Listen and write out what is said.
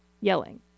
yelling